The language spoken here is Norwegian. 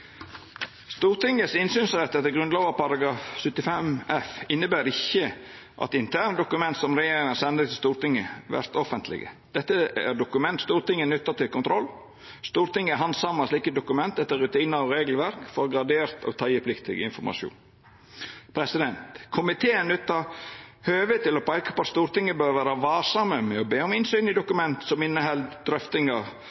som regjeringa sender til Stortinget, vert offentlege. Dette er dokument Stortinget nyttar til kontroll. Stortinget handsamar slike dokument etter rutinar og regelverk for gradert og teiepliktig informasjon. Komiteen nyttar høvet til å peika på at Stortinget bør vera varsam med å be om innsyn i